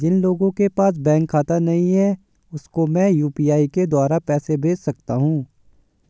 जिन लोगों के पास बैंक खाता नहीं है उसको मैं यू.पी.आई के द्वारा पैसे भेज सकता हूं?